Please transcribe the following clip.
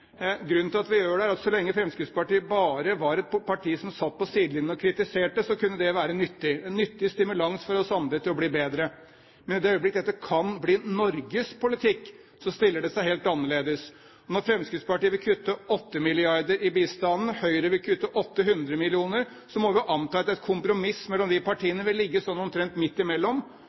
Grunnen til at vi gjør det, er at så lenge Fremskrittspartiet bare var et parti som satt på sidelinjen og kritiserte, så kunne det være nyttig – en nyttig stimulans for oss andre til å bli bedre. Men i det øyeblikk dette kan bli Norges politikk, stiller det seg helt annerledes. Når Fremskrittspartiet vil kutte 8 mrd. kr i bistanden og Høyre vil kutte 800 mill. kr, må vi anta at et kompromiss mellom de to partiene ville ligge omtrent midt imellom.